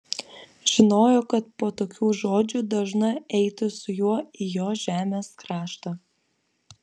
žinojo kad po tokių žodžių dažna eitų su juo į jo žemės kraštą